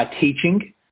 teaching